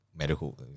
Medical